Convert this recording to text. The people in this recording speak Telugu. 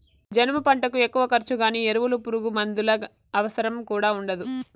జనుము పంటకు ఎక్కువ ఖర్చు గానీ ఎరువులు పురుగుమందుల అవసరం కూడా ఉండదు